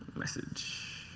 message.